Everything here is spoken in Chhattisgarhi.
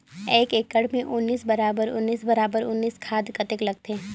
एक एकड़ मे उन्नीस बराबर उन्नीस बराबर उन्नीस खाद कतेक लगथे?